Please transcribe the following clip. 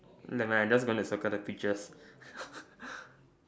never mind I am just going to circle the pictures